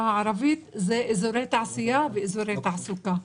הערבית הוא אזורי תעשייה ואזורי תעסוקה.